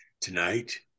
Tonight